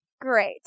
Great